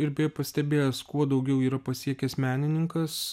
ir beje pastebėjęs kuo daugiau yra pasiekęs menininkas